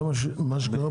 זה מה שקרה פה?